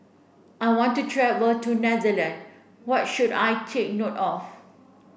I want to travel to Netherlands what should I take note of